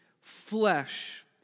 flesh